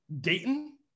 Dayton